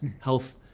health